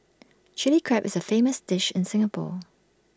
Chilli Crab is A famous dish in Singapore